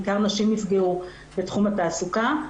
בעיקר נשים נפגעו בתחום התעסוקה.